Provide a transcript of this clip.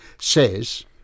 says